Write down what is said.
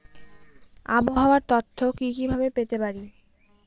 আবহাওয়ার তথ্য কি কি ভাবে পেতে পারি?